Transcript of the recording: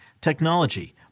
technology